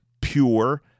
pure